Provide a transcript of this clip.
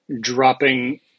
dropping